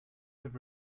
have